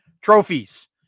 Trophies